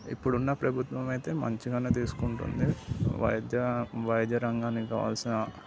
ఇప్పుడున్న ప్రభుత్వం అయితే మంచిగానే తీసుకుంటుంది వైద్య వైద్యరంగానికి కావలసిన